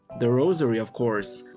the rosary, of course.